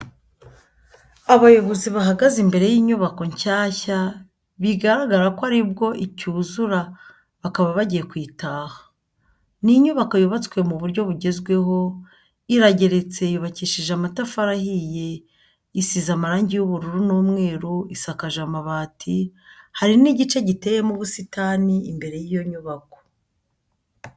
Abayobozi bahagaze imbere y'inyubako nshyashya bigaragara ko aribwo icyuzura bakaba bagiye kuyitaha. Ni inyubako yubatswe mu buryo bugezweho , irageretse yubakishije amatafari ahiye isize amarangi y'ubururu n'umweru isakaje amabati, hari n'igice giteyemo ubusitani imbere y'iyo nyubako.